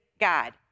God